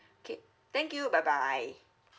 K thank you bye bye